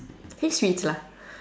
think sweets lah